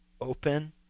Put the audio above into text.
open